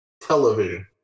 Television